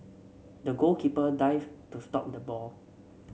the goalkeeper dived to stop the ball